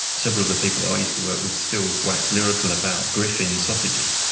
several of the people that i used to work with still wax lyrical about griffin sausages.